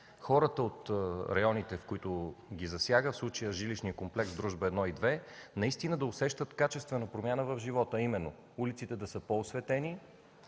хората от районите, които ги засяга, в случая жилищният комплекс „Дружба 1 и 2“, наистина да усещат качествена промяна в живота. А именно: улиците да са по-осветени;